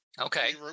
Okay